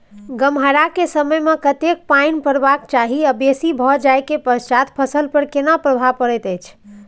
गम्हरा के समय मे कतेक पायन परबाक चाही आ बेसी भ जाय के पश्चात फसल पर केना प्रभाव परैत अछि?